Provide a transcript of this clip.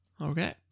Okay